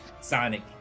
sonic